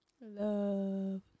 Love